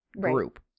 group